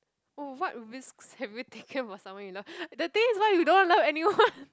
oh what risks have you taken for someone you love the thing is why you don't love anyone